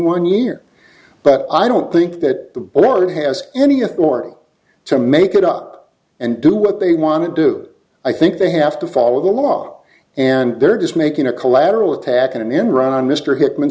one year but i don't think that the lord has any authority to make it up and do what they want to do i think they have to follow the law and they're just making a collateral attack an enron mr hickman